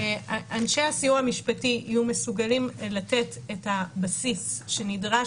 אנשי הסיוע המשפטי יהיו מסוגלים לתת את הבסיס שנדרש